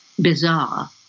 bizarre